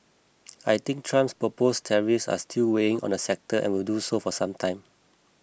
I think Trump's proposed tariffs are still weighing on the sector and will do so for some time